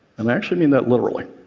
and i actually mean that literally.